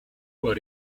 but